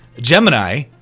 Gemini